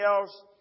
else